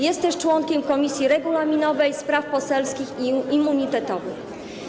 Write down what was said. Jest też członkiem Komisji Regulaminowej, Spraw Poselskich i Immunitetowych.